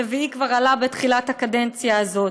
הרביעי כבר עלה בתחילת הקדנציה הזאת.